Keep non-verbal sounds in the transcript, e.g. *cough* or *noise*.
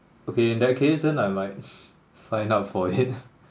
okay in that case then I might *noise* sign up for it